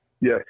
Yes